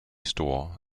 store